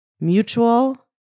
mutual